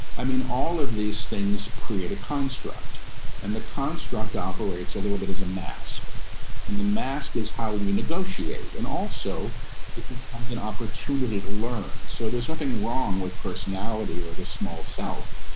i mean all of these things create a construct and the construct operates a little bit as a mask and the mask is how we negotiate and also it becomes an opportunity to learn. so there's nothing wrong with personality or the small self.